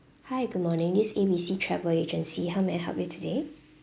hi good morning this A B C travel agency how may I help you today